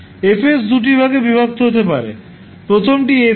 Fদুটি ভাগে বিভক্ত হতে পারে